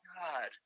God